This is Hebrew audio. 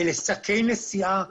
אלה שקי נשיאה,